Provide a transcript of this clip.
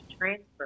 transfer